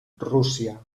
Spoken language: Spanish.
rusia